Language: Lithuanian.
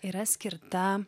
yra skirta